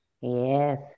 Yes